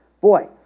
Boy